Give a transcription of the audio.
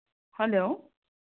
hello